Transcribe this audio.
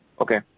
Okay